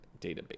database